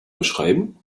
beschreiben